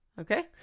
Okay